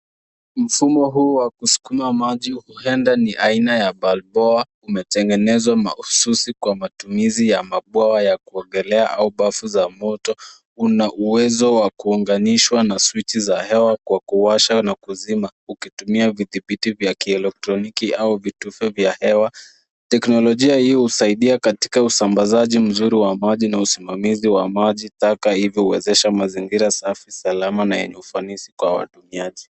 Mfumo huu wa kusukuma maji uenda ni aina ya balboa umetengenezwa mahususi kwa matumizi ya mabwawa ya kuogelea au bafu za moto. Una uwezo wa kuunganisha na swichi za hewa kwa kuwasha na kuzima ukitumia vidhibiti vya kielektroniki au vituo vya hewa. Teknolojia hii husaidia katika usambazaji mzuri wa maji na usimamizi wa maji, taka hivyo uwezesha mazingira safi salama na yenye ufanisi kwa watumiaji.